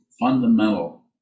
fundamental